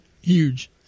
huge